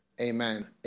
Amen